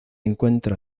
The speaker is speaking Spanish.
encuentra